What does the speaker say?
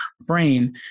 brain